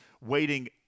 waiting